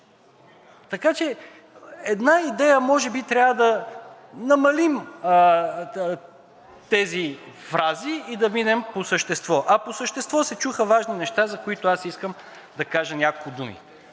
Така че една идея може би трябва да намалим тези фрази и да минем по същество. А по същество се чуха важни неща, за които аз искам да кажа няколко думи.